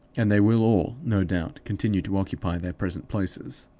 and they will all, no doubt, continue to occupy their present places.